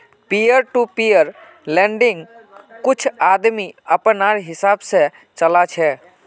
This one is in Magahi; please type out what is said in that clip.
पीयर टू पीयर लेंडिंग्क कुछ आदमी अपनार हिसाब से चला छे